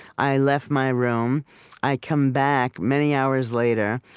i left my room i come back many hours later,